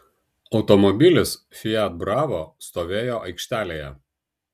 automobilis fiat bravo stovėjo aikštelėje